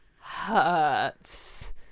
hurts